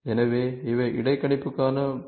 எனவே இவை இடைக்கணிப்புக்கான புள்ளிகள்